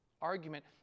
argument